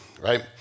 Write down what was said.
right